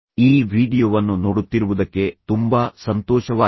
ಈ ವೀಡಿಯೊವನ್ನು ನೋಡುತ್ತಿರುವುದಕ್ಕೆ ತುಂಬಾ ಸಂತೋಷವಾಗಿದೆ